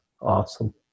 Awesome